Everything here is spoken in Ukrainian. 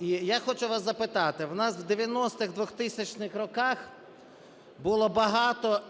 Я хочу вас запитати, у нас в дев'яностих, двохтисячних роках було багато